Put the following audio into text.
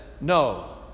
no